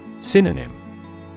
Synonym